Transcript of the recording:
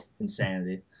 insanity